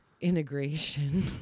integration